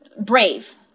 brave